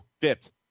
fit